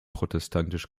protestantisch